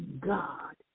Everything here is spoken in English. God